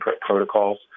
protocols